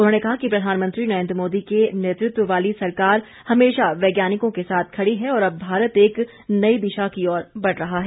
उन्होंने कहा कि प्रधानमंत्री नरेन्द्र मोदी के नेतृत्व वाली सरकार हमेशा वैज्ञानिकों के साथ खड़ी है और अब भारत एक नई दिशा की ओर बढ़ रहा है